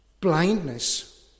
blindness